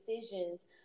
decisions